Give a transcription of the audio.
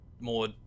more